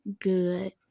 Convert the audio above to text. good